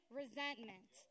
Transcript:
resentment